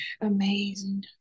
amazing